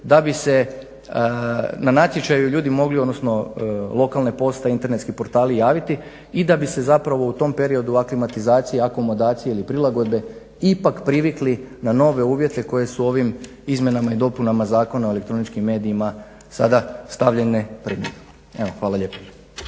da bi se na natječaju ljudi mogli, odnosno lokalne postaje, internetski portali javiti i da bi se zapravo u tom periodu aklimatizacije, akomodacije ili prilagodbe ipak privikli na nove uvjete koje su ovim izmjenama i dopunama Zakona o elektroničkim medijima sada stavljene pred njih. Evo hvala lijepo.